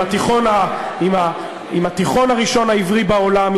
עם התיכון הראשון העברי בעולם,